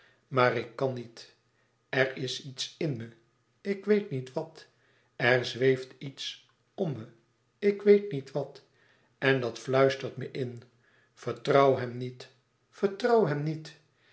maar ik kan niet er is iets in me ik weet niet wat er zweeft iets om me ik weet niet wat en dat fluistert me in vertrouw hem niet vertrouw hem niet